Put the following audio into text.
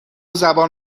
زبان